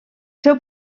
seu